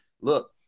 Look